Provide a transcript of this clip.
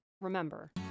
remember